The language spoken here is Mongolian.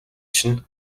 чинь